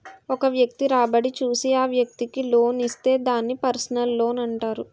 ఒక వ్యక్తి రాబడి చూసి ఆ వ్యక్తికి లోన్ ఇస్తే దాన్ని పర్సనల్ లోనంటారు